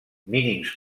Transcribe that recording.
mínims